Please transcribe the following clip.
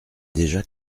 déjà